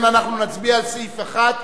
אנחנו נצביע על סעיף 1,